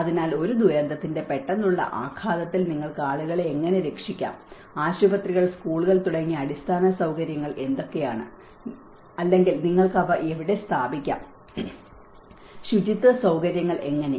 അതിനാൽ ഒരു ദുരന്തത്തിന്റെ പെട്ടെന്നുള്ള ആഘാതത്തിൽ നിങ്ങൾക്ക് ആളുകളെ എങ്ങനെ സംരക്ഷിക്കാം ആശുപത്രികൾ സ്കൂളുകൾ തുടങ്ങിയ അടിസ്ഥാന സൌകര്യങ്ങൾ എന്തൊക്കെയാണ് അല്ലെങ്കിൽ നിങ്ങൾക്ക് അവ എവിടെ സ്ഥാപിക്കാം ശുചിത്വ സൌകര്യങ്ങൾ എങ്ങനെ